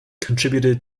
contributed